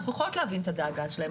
אנחנו יכולות להבין את הדאגה שלהן.